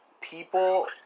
people